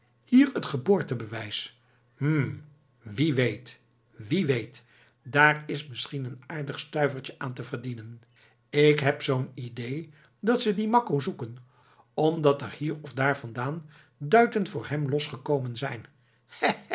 trouwakte hier t geboortebewijs hm wie weet wie weet daar is misschien een aardig stuivertje aan te verdienen ik heb zoo'n idee dat ze dien makko zoeken omdat er hier of daar vandaan duiten voor hem losgekomen zijn